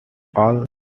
all